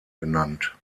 genannt